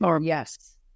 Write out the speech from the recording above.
Yes